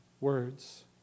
Words